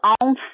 own